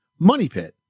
MONEYPIT